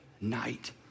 night